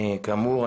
כאמור,